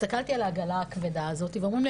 הסתכלתי על העגלה הכבדה הזאתי ואומרים לי